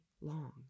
long